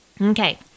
Okay